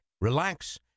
relax